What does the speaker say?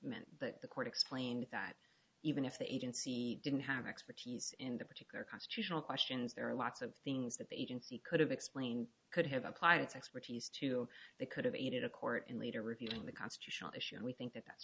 meant that the court explained that even if the agency didn't have expertise in the particular constitutional questions there are lots of things that the agency could have explained could have applied its expertise to they could have aided a court in leader reviewing the constitutional issue and we think that that's